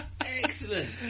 Excellent